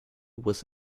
was